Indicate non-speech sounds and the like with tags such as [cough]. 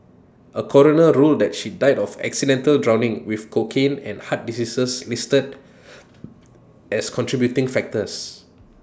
A coroner ruled that she died of accidental drowning with cocaine and heart diseases listed [noise] as contributing factors